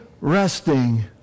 resting